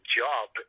job